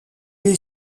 est